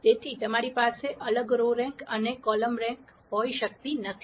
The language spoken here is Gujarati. તેથી તમારી પાસે અલગ રો રેન્ક અને કોલમ રેન્ક હોઈ શકતી નથી